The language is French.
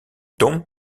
tombe